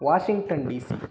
Washington DC